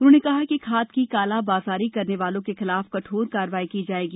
उन्होंने कहा कि खाद की कालाबाजारी करने वालों के खिलाफ कठोर कार्रवाई की जाएगी